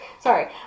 Sorry